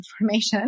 information